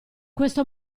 questo